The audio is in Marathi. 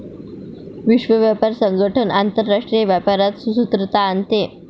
विश्व व्यापार संगठन आंतरराष्ट्रीय व्यापारात सुसूत्रता आणते